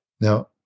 Now